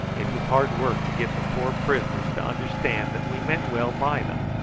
it was hard work to get the poor prisoners to understand that we meant well by them.